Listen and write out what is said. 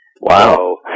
Wow